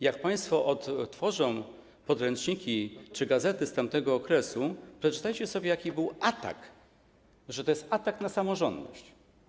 Jak państwo odtworzą podręczniki czy gazety z tamtego okresu, przeczytacie sobie, jaki był atak, że to jest atak na samorządność.